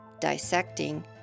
dissecting